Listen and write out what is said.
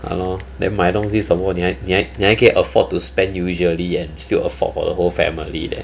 !hannor! then 买东西什么你还你还你还可以 afford to spend usually and still have afford for the whole family leh